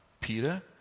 Peter